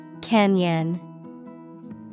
Canyon